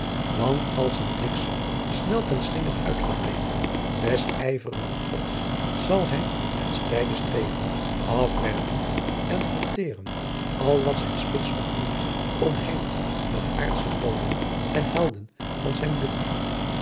want als een blijksem snel ten slinger uitgedreven des yverigen gods zal hy ten ftrijde streven afwerpend en vertreênd al wat zijn spits ontmoet omheint met aardsche goôn en helden van zijn bloedt